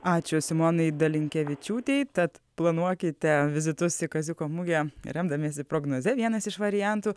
ačiū simonai dalinkevičiūtei tad planuokite vizitus į kaziuko mugę remdamiesi prognoze vienas iš variantų